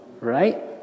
right